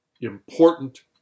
important